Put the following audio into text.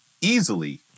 easily